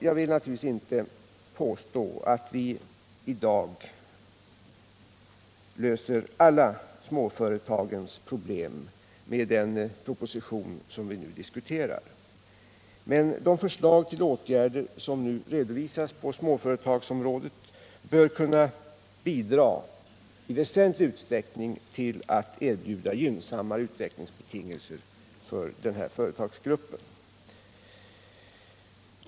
Jag vill naturligtvis inte påstå att vi löser alla småfö — De mindre och retagens problem med den proposition vi nu diskuterar. Men de förslag medelstora till åtgärder som redovisas inom småföretagsområdet kan bidra i väsentlig företagens utveckutsträckning till att erbjuda gynnsammare utvecklingsbetingelser för den = ling, m.m. här företagsgruppen.